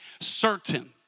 certain